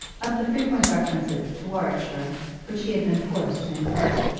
of the frequent references to warwickshire which he had been forced to endure,